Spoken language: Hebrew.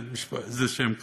וינסנדט זה שם קשה,